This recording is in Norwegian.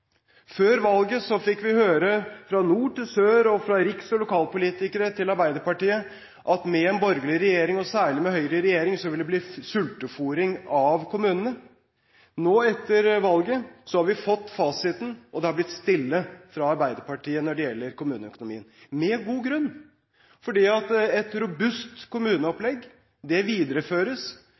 Før valget fikk vi høre fra nord til sør fra Arbeiderpartiets riks- og lokalpolitikere at med en borgerlig regjering, og særlig med Høyre i regjering, ville det bli sultefôring av kommunene. Nå, etter valget, har vi fått fasiten, og det er blitt stille fra Arbeiderpartiet når det gjelder kommuneøkonomien – med god grunn, fordi et robust kommuneopplegg videreføres.